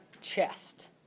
chest